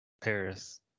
Paris